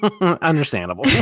Understandable